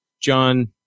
John